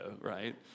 right